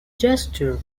gesture